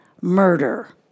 murder